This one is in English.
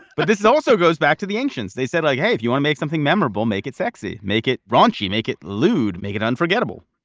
but this also goes back to the ancients. they said like, hey, if you want, make something memorable, make it sexy. make it raunchy. make it lewd. make it unforgettable